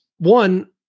One